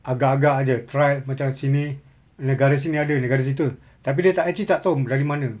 agak agak jer try macam sini negara sini ada negara situ tapi dia tak actually tak tahu dari mana